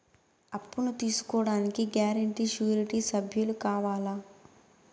అప్పును తీసుకోడానికి guarantee, surety సభ్యులు కావాలా?